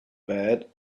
bad